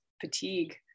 fatigue